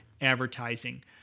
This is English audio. advertising